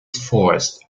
forced